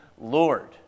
Lord